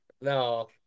No